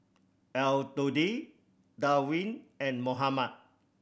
Elodie Darwin and Mohammad